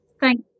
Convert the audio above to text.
thank